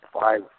five